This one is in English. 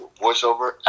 voiceover